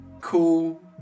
Cool